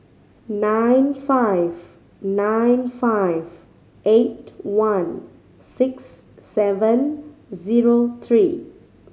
nine five nine five eight one six seven zero three